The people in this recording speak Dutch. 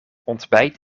ontbijt